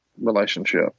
relationship